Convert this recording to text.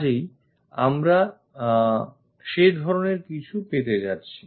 কাজেই আমরা সে ধরনের কিছু পেতে যাচ্ছি